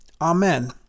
Amen